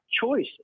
choice